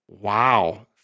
Wow